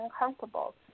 uncomfortable